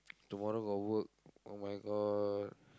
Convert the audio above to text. tomorrow got work oh my god